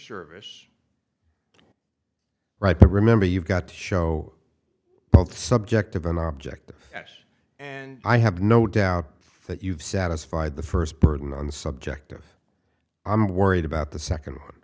service right but remember you've got to show both subjective an object yes and i have no doubt that you've satisfied the first burden on the subjective i'm worried about the second